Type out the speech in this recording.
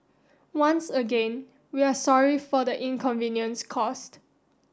once again we are sorry for the inconvenience caused